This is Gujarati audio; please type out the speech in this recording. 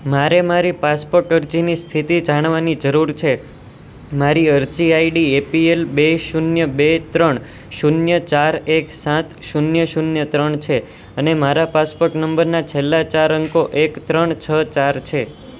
મારે મારી પાસપોટ અરજીની સ્થિતિ જાણવાની જરૂર છે મારી અરજી આઈડી એપીએલ બે શૂન્ય બે ત્રણ શૂન્ય ચાર એક સાત શૂન્ય શૂન્ય ત્રણ છે અને મારા પાસપોટ નંબરના છેલ્લા ચાર અંકો એક ત્રણ છ ચાર છે